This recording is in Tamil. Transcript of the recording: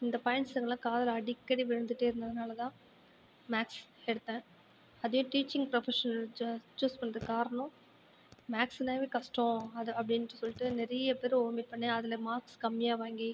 இந்த பாயிண்ட்ஸ்கல்லாம் காதில் அடிக்கடி விழுந்துகிட்டே இருந்ததனால தான் மேக்ஸ் எடுத்தேன் அதே டீச்சிங் ப்ரொஃபஷனல் சு ச்சூஸ் பண்ணுறதுக்கு காரணம் மேக்ஸ்ன்னாவே கஷ்டம் அதை அப்படின்னுட்டு சொல்லிட்டு நிறைய பேர் வொமிட் பண்ணி அதில் மார்க்ஸ் கம்மியாக வாங்கி